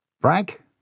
Frank